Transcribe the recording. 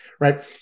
right